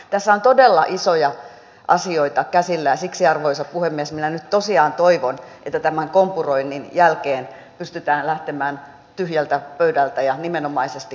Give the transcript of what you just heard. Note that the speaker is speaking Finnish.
tässä on todella isoja asioita käsillä ja siksi arvoisa puhemies minä nyt tosiaan toivon että tämän kompuroinnin jälkeen pystytään lähtemään tyhjältä pöydältä ja nimenomaisesti kunnioitetaan parlamentaarisen menettelyn periaatetta